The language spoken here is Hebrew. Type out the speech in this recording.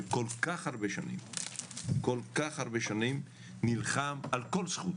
שכל כך הרבה שנים נלחם על כל זכות,